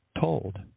told